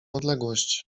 odległość